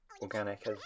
organic